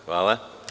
Hvala.